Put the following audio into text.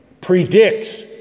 predicts